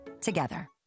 together